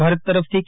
ભારત તરફથી કે